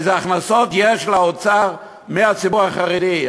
איזה הכנסות יש לאוצר מהציבור החרדי.